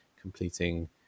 completing